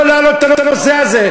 לא להעלות את הנושא הזה,